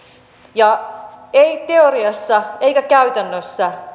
ja ei teoriassa eikä käytännössä